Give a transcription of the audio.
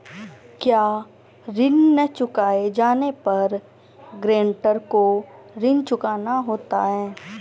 क्या ऋण न चुकाए जाने पर गरेंटर को ऋण चुकाना होता है?